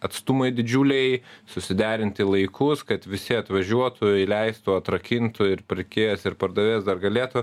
atstumai didžiuliai susiderinti laikus kad visi atvažiuotų įleistų atrakintų ir pirkėjas ir pardavėjas dar galėtų